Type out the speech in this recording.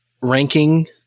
ranking